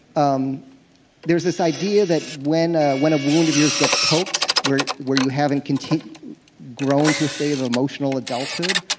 um there was this idea that when ah when a wound of yours gets poked where where you haven't grown to a state of emotional adulthood,